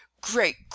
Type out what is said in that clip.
great